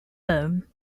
boom